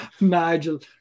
Nigel